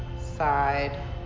side